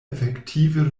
efektive